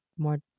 more